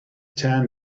tan